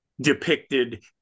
depicted